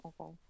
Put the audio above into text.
Okay